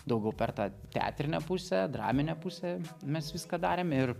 daugiau per tą teatrinę pusę draminę pusę mes viską darėm ir